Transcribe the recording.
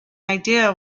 idea